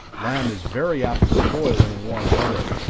lamb is very apt to spoil in warm weather.